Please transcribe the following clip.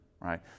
right